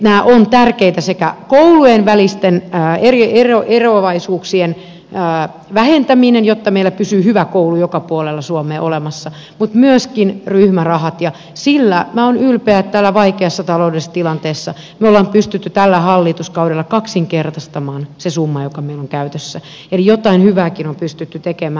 nämä ovat tärkeitä sekä koulujen välisten eroavaisuuksien vähentäminen jotta meillä pysyy hyvä koulu joka puolella suomea olemassa että myöskin ryhmärahat ja minä olen ylpeä että täällä vaikeassa taloudellisessa tilanteessa me olemme pystyneet tällä hallituskaudella kaksinkertaistamaan sen summan joka meillä on käytössä eli jotain hyvääkin on pystytty tekemään